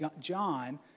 John